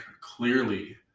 clearly